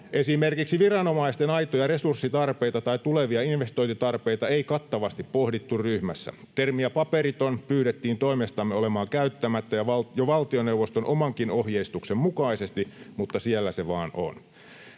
Esimerkiksi viranomaisten aitoja resurssitarpeita tai tulevia investointitarpeita ei kattavasti pohdittu ryhmässä. Termiä ”paperiton” pyydettiin toimestamme olemaan käyttämättä jo valtioneuvoston omankin ohjeistuksen mukaisesti, mutta siellä se vaan on.